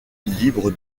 libre